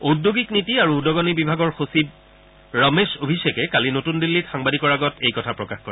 ওঁদ্যোগিক নীতি আৰু উদগণি বিভাগৰ সচিব ৰমেশ অভিষেকে কালি নতুন দিল্লীত সাংবাদিকৰ আগত এই কথা প্ৰকাশ কৰে